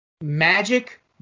Magic